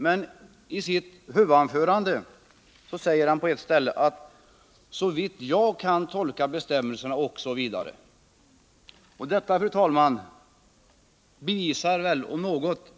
Men i sitt huvudanförande säger han på ett ställe: Såvitt jag kan tolka bestämmelserna osv.